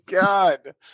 God